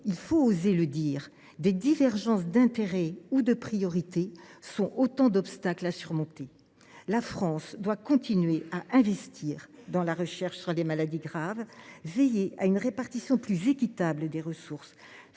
et – osons le dire – par des divergences d’intérêts ou de priorités sont autant d’obstacles à surmonter. La France doit continuer à investir dans la recherche sur les maladies graves, veiller à une répartition plus équitable des ressources,